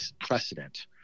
precedent